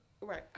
right